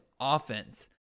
offense